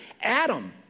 Adam